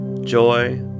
joy